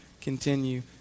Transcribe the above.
continue